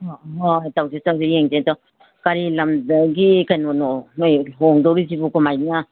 ꯑꯣ ꯍꯣꯏ ꯇꯧꯁꯦ ꯇꯧꯁꯦ ꯌꯦꯡꯁꯦ ꯑꯗꯣ ꯀꯔꯤ ꯂꯝꯗꯒꯤ ꯀꯩꯅꯣꯅꯣ ꯅꯣꯏ ꯂꯨꯍꯣꯡꯗꯣꯔꯤꯁꯤꯕꯨ ꯀꯃꯥꯏꯅ